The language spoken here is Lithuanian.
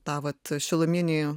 tą vat šiluminį